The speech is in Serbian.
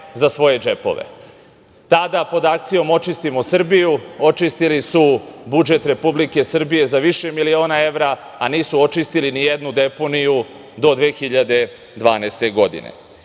za svoje džepove. Tada pod akcijom „Očistimo Srbiju“ očistili su budžet Republike Srbije za više miliona evra, a nisu očistili ni jednu deponiju do 2012. godine. Svakako